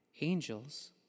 angels